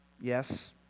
Yes